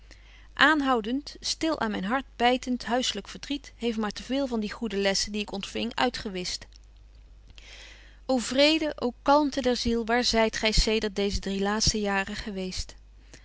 aanhoudent stil aan myn hart bytent huisselyk verdriet heeft maar te veel van die goede betje wolff en aagje deken historie van mejuffrouw sara burgerhart lessen die ik ontfing uitgewischt o vrede ô kalmte der ziel waar zyt gy zedert deeze drie laatste jaren geweest